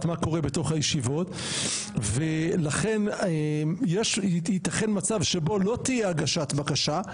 מה קורה בתוך הישיבות ולכן ייתכן מצב שבו לא תהיה הגשת בקשה,